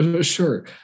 Sure